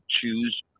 choose